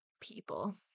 people